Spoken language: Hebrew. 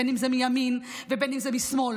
בין שזה מימין ובין שזה משמאל.